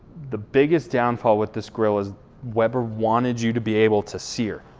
the biggest downfall with this grill is weber wanted you to be able to sear,